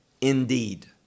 indeed